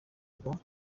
ngo